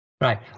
Right